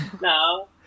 No